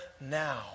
now